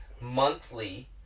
monthly